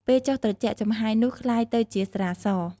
ពេលចុះត្រជាក់ ចំហាយនោះក្លាយទៅជាស្រាស។